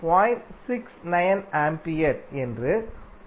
69 ampere என்று உறுதிப்படுத்தினோம்